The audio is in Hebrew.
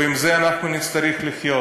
ועם זה אנחנו נצטרך לחיות.